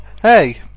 Hey